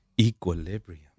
Equilibrium